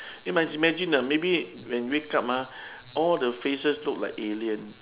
you must imagine ah maybe when you wake up ah all the faces look like alien